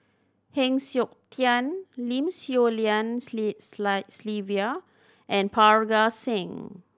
Heng Siok Tian Lim Swee Lian Sylvia and Parga Singh